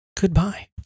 Goodbye